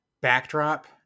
backdrop